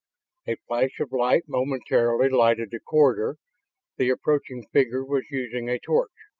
a flash of light momentarily lighted the corridor the approaching figure was using a torch.